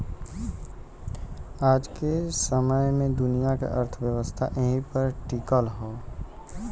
आज के समय मे दुनिया के अर्थव्यवस्था एही पर टीकल हौ